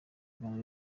rwanda